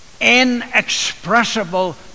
inexpressible